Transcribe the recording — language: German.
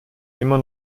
immer